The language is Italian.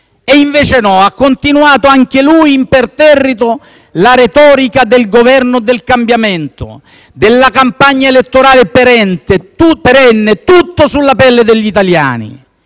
E invece no: ha continuato anche lui, imperterrito, la retorica del Governo del cambiamento, della campagna elettorale perenne, tutto sulla pelle degli italiani.